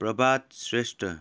Prabhat Shrestha